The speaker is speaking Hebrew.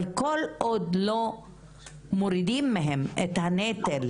אבל כל עוד לא מורידים מהן את הנטל